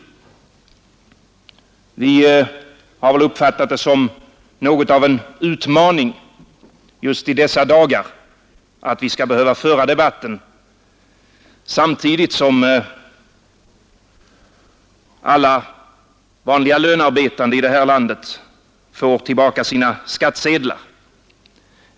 Vi har väl uppfattat det som något av en utmaning just dessa dagar, att vi skall behöva föra debatten samtidigt som alla vanliga lönearbetande i det här landet får tillbaka sina skattsedlar.